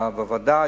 בוועדה.